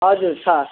हजुर छ